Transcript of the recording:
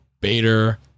Bader